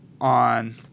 on